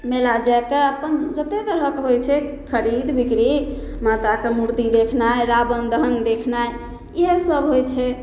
मेला जाकऽ अपन जते तरहक होइ छै खरीद विक्री माताके मूर्ति देखनाइ रावण दहन देखनाइ इएहे सभ होइ छै